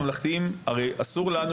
הממלכתיים, אסור לנו